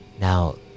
Now